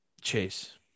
Chase